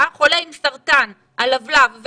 עם סרטן הלבלב,